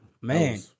man